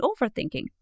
overthinking